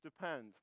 depend